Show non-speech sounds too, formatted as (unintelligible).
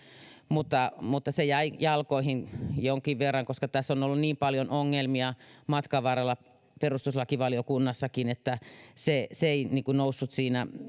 mutta (unintelligible) mutta se jäi jalkoihin jonkin verran koska tässä on ollut niin paljon ongelmia matkan varrella perustuslakivaliokunnassakin että se se ei noussut siinä